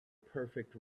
perfect